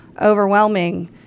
overwhelming